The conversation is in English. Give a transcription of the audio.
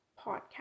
podcast